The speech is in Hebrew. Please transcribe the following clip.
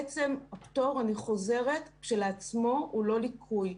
עצם הפטור, אני חוזרת, כשלעצמו הוא לא ליקוי.